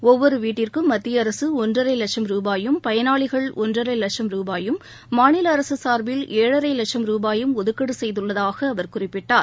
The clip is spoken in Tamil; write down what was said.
ஒவ்வொரு வீட்டிற்கும் மத்திய அரசு ஒன்றரை வட்சம் ருபாயும் பயனாளிகள் ஒன்றரை வட்சம் ருபாயும் மாநில அரசு சார்பில் ஏழரை வட்சம் ரூபாயும் ஒதுக்கீடு செய்துள்ளதாக அவர் குறிப்பிட்டார்